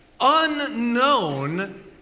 unknown